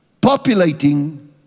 populating